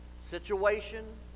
situation